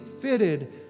fitted